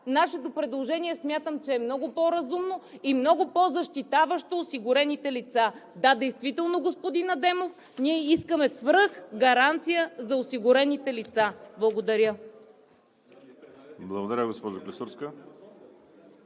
нашето предложение смятам, че е много по-разумно и много по-защитаващо осигурените лица. Да, действително, господин Адемов, ние искаме свръхгаранция за осигурените лица. Благодаря. ПРЕДСЕДАТЕЛ ВАЛЕРИ